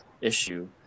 issue